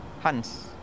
Hans